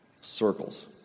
circles